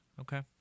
Okay